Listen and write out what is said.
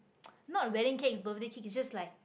not wedding cake birthday cake it's just like